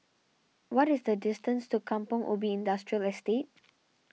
what is the distance to Kampong Ubi Industrial Estate